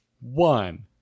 One